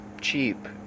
cheap